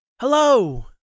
Hello